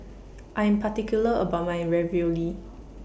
I Am particular about My Ravioli